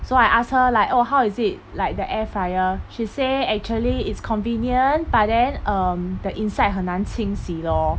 so I ask her like oh how is it like the air fryer she say actually it's convenient but then (um)the inside 很难清洗 lor